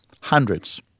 hundreds